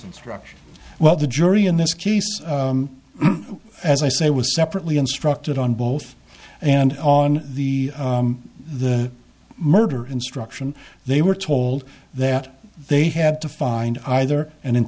instruction well the jury in this case as i say was separately instructed on both and on the the murder instruction they were told that they had to find either an